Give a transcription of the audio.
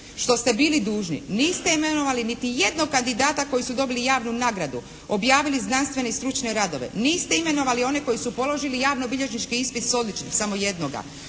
što ste bili dužni. Niste imenovali niti jednog kandidata koji su dobili javnu nagradu, objavili znanstvene i stručne radove. Niste imenovali one koji su položili javnobilježnički ispit s odličnim, samo jednoga.